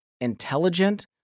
intelligent